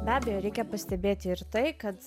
be abejo reikia pastebėti ir tai kad